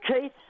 Keith